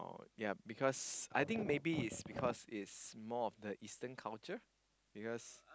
ya because I think maybe it's because it's more of the eastern culture because